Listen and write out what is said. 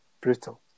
Brutal